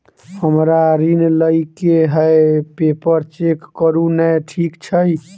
हमरा ऋण लई केँ हय पेपर चेक करू नै ठीक छई?